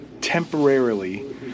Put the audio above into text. temporarily